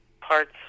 parts